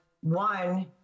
one